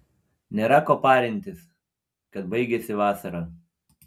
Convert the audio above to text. nėra ko parintis kad baigiasi vasara